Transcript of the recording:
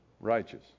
Righteous